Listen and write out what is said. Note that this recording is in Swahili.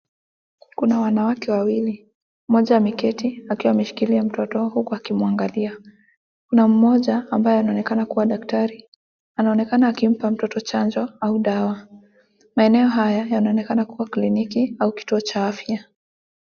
Kuna wanawake wawili, mmoja ameketi akiwa ameshikilia mtoto huku akimwangalia. Kuna mmoja ambaye anaonekana kuwa daktari anaonekana akimpa mtoto chanjo au dawa. Maeneo haya, yanaonekana kuwa kliniki au kituo cha afya.